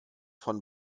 von